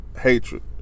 hatred